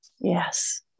yes